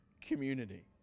community